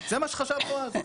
זה מה שחשבנו אז.